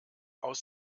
aus